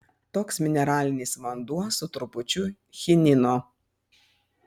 toks mineralinis vanduo su trupučiu chinino